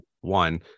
one